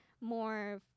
more